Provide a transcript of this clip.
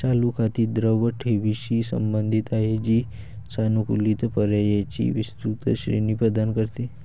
चालू खाती द्रव ठेवींशी संबंधित आहेत, जी सानुकूलित पर्यायांची विस्तृत श्रेणी प्रदान करते